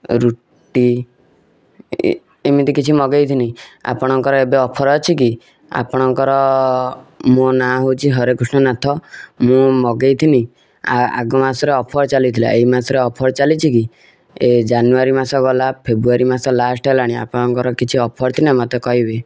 ରୁଟି ଏମିତି କିଛି ମଗେଇଥିନି ଆପଣଙ୍କର ଏବେ ଅଫର ଅଛି କି ଆପଣଙ୍କର ମୋ ନା ହଉଛି ହରେକୃଷ୍ଣ ନାଥ ମୁଁ ମଗେଇଥିନି ଆଗ ମାସରେ ଅଫର ଚାଲିଥିଲା ଏଇ ମାସରେ ଅଫର ଚାଲିଛି କି ଏଇ ଜାନୁୟାରୀ ମାସ ଗଲା ଫେବୃୟାରୀ ମାସ ଲାଷ୍ଟ ହେଲାଣି ଆପଣଙ୍କର କିଛି ଅଫର ଥିନେ ମତେ କହିବେ